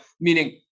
Meaning